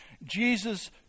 Jesus